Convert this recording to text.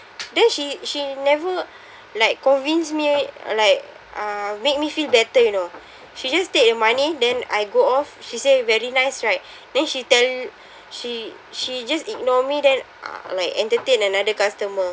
then she she never like convince me like uh make me feel better you know she just take the money then I go off she say very nice right then she tell she she just ignore me then uh like entertain another customer